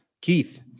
Keith